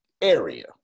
area